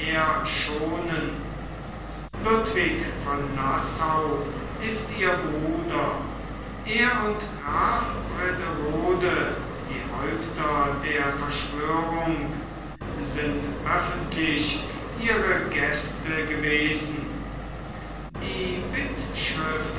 schonen ludwig von nassau ist ihr bruder er und graf brederode die häupter der verschwörung sind öffentlich ihre gäste gewesen die